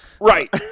Right